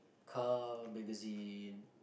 car magazine